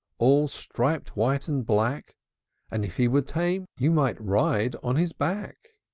all striped white and black and if he were tame, you might ride on his back.